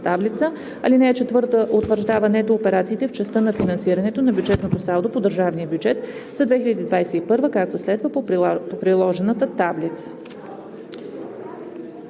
таблица. (4) Утвърждава нето операциите в частта на финансирането на бюджетното салдо по държавния бюджет за 2021 г., както следва: по приложената в